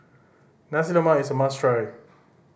Nasi Lemak is a must try